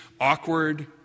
awkward